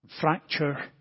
fracture